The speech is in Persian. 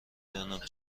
دانم